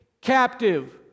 captive